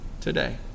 today